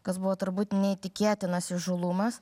kas buvo turbūt neįtikėtinas įžūlumas